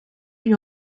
lui